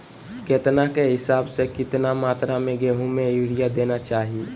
केतना के हिसाब से, कितना मात्रा में गेहूं में यूरिया देना चाही?